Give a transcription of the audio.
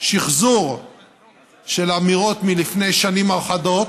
שחזור של אמירות מלפני שנים אחדות,